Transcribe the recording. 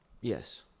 Yes